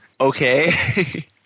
Okay